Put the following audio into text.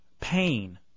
pain